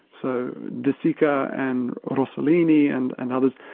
so de sica and rossellini, and and others,